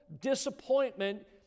disappointment